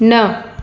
न